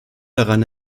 daran